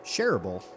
Shareable